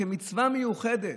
כמצווה מיוחדת,